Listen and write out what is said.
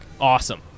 awesome